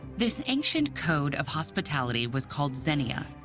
this ancient code of hospitality was called xenia.